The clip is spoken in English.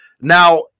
Now